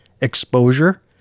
Exposure